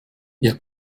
ihr